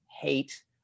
hate